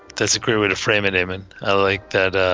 disagree with the framing name, and i like that. ah